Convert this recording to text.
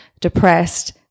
depressed